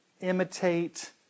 imitate